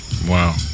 Wow